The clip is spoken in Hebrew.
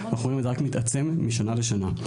אנחנו רואים שזה רק מתעצם משנה לשנה.